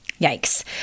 yikes